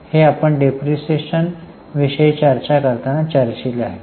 हे आपण डिप्रीशीएशन विषयी चर्चा करताना चर्चिले आहे